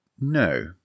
No